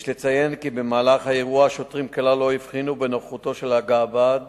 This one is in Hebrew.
יש לציין כי במהלך האירוע השוטרים כלל לא הבחינו בנוכחותו של גאב"ד